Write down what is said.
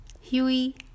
Huey